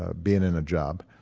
ah being in a job.